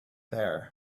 there